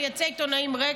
יציע העיתונאים ריק,